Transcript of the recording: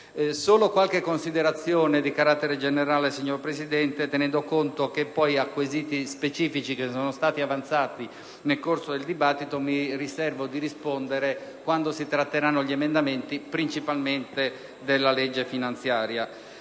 Solo qualche considerazione di carattere generale, signora Presidente, tenendo conto che a quesiti specifici avanzati nel corso del dibattito mi riservo di rispondere quando si tratteranno gli emendamenti, principalmente riferiti alla legge finanziaria.